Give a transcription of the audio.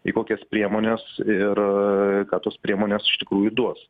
į kokias priemones ir ką tos priemonės iš tikrųjų duos